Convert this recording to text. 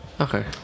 Okay